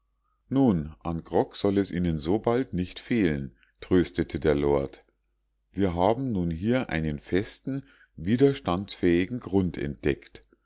nun an grog soll es ihnen sobald nicht fehlen tröstete der lord wir haben nun hier einen festen widerstandsfähigen grund entdeckt